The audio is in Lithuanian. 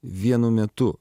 vienu metu